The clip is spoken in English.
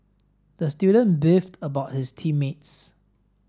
the student beefed about his team mates